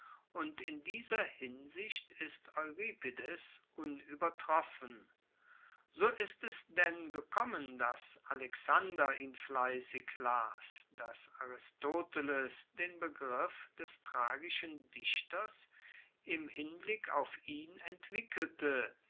und in dieser hinsicht ist euripides unuebertroffen so ist es denn gekommen dass alexander ihn fleissig las dass aristoteles den begriff des tragischen dichters im hinblick auf ihn entwickelte